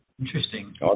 Interesting